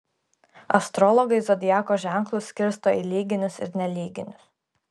astrologai zodiako ženklus skirsto į lyginius ir nelyginius